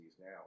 now